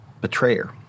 betrayer